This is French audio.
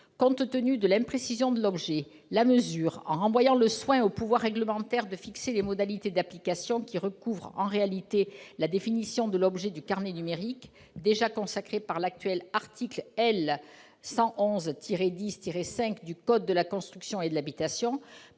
Compte tenu de l'imprécision existante, la mesure proposée, en renvoyant le soin au pouvoir réglementaire de fixer les modalités d'application qui recouvrent en réalité la définition de l'objet du carnet numérique déjà consacré par l'actuel article L. 111-10-5 du code de la construction et de l'habitation,